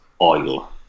oil